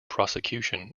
prosecution